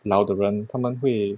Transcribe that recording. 老的人他们会